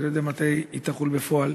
אני לא יודע מתי היא תחול בפועל,